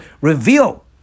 reveal